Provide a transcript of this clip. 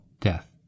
death